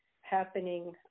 happening